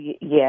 yes